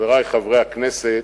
חברי חברי הכנסת,